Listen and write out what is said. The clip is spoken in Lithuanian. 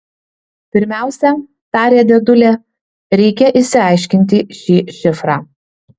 pirmiausia tarė dėdulė reikia išsiaiškinti šį šifrą